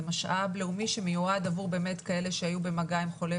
זה משאב לאומי שמיועד עבור באמת כאלה שהיו במגע עם חולה